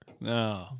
No